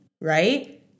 right